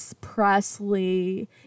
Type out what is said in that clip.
Presley